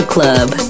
Club